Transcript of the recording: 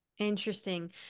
Interesting